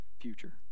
future